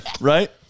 right